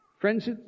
friends